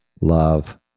love